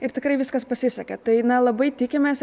ir tikrai viskas pasisekė tai na labai tikimės